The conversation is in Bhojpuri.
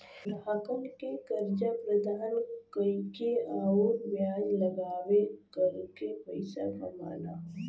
ग्राहकन के कर्जा प्रदान कइके आउर ब्याज लगाके करके पइसा कमाना हौ